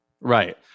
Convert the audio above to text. right